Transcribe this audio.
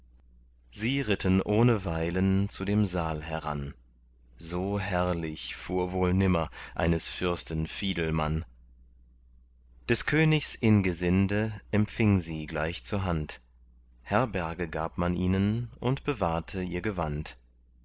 sie ritten ohne weilen zu dem saal heran so herrlich fuhr wohl nimmer eines fürsten fiedelmann des königs ingesinde empfing sie gleich zur hand herberge gab man ihnen und bewahrte ihr gewand